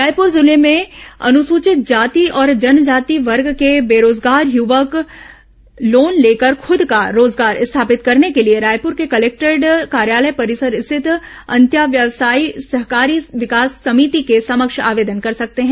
रायपुर जिले में अनुसूचित जाति और जनजाति वर्ग के बेरोजगार युवक लोन लेकर खुद का रोजगार स्थापित करने के लिए रायपुर के कलेक्टोरेट कार्यालय परिसर स्थित अंत्याव्सायी सहकारी विकास समिति के समक्ष आवेदन कर सकते हैं